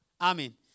Amen